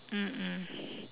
mm mm